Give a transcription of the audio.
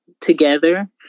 together